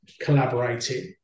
collaborating